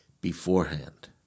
beforehand